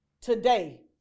Today